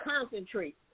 concentrate